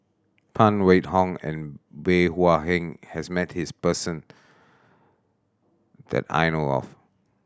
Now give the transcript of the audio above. Phan Wait Hong and Bey Hua Heng has met this person that I know of